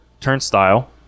turnstile